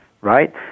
right